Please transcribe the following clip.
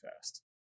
fast